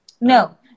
No